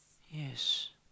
yes